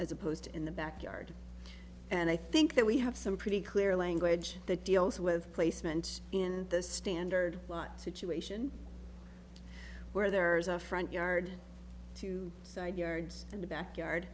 as opposed to in the back yard and i think that we have some pretty clear language that deals with placement in the standard lot to chew ation where there's a front yard too so idea in the back yard